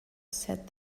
said